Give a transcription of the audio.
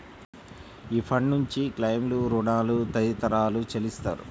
ఈ ఫండ్ నుంచి క్లెయిమ్లు, రుణాలు తదితరాలు చెల్లిస్తారు